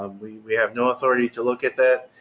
ah we we have no authority to look at that.